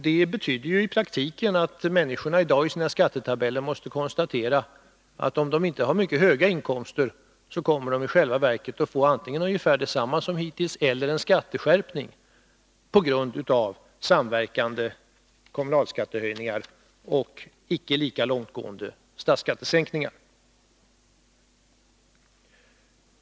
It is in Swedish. Det betyder i praktiken att människorna, om de inte har mycket höga inkomster, i dag i sina skattetabeller måste konstatera att de i själva verket kommer att få antingen lika hög skatt som hittills eller en skatteskärpning på grund av samverkande kommunalskattehöjning och icke lika långtgående statsskattesänkning.